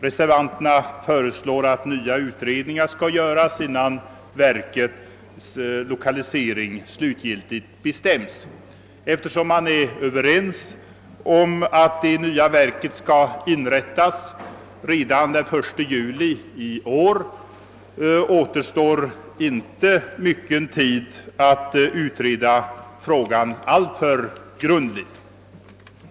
Reservanterna har föreslagit att nya utredningar skall göras innan denna lokalisering slutgiltigt bestämmes. Men eftersom man är överens om att det nya verket skall inrättas redan den 1 juli i år, är det inte tid att utreda frågan alltför grundligt.